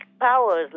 powers